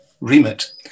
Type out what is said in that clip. remit